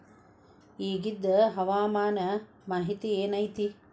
ಇಗಿಂದ್ ಹವಾಮಾನ ಮಾಹಿತಿ ಏನು ಐತಿ?